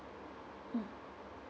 mm